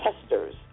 testers